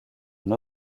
une